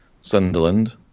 Sunderland